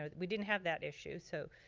um we didn't have that issue so,